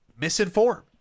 misinformed